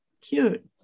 Cute